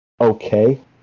okay